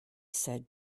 said